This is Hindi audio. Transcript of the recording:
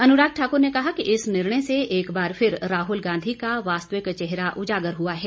अनुराग ठाक्र ने कहा कि इस निर्णय से एक बार फिर राहल गांधी का वास्तविक चेहरा उजागर हुआ है